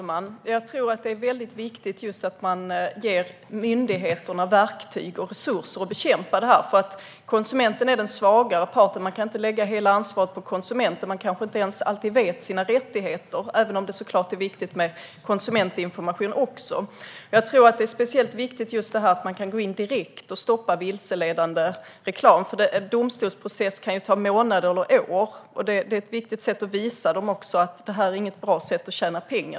Herr talman! Det är viktigt att man ger myndigheterna verktyg och resurser att bekämpa detta. Konsumenten är den svagare parten, och man kan inte lägga hela ansvaret på konsumenten. Denne kanske inte alltid vet sina rättigheter. Men det är såklart viktigt med konsumentinformation också. Det är viktigt att man kan gå in direkt och stoppa vilseledande reklam, för en domstolsprocess kan som sagt ta månader eller år. Det är också ett viktigt sätt att visa att detta inte är ett bra sätt att tjäna pengar.